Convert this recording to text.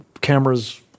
cameras